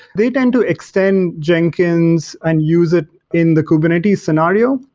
they tend to extend jenkins and use it in the kubernetes scenario.